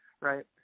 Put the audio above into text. right